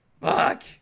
Fuck